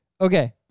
Okay